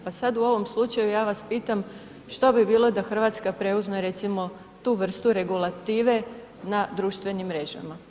Pa sad u ovom slučaju ja vas pitam što bi bilo da Hrvatska preuzme recimo tu vrstu regulative na društvenim mrežama.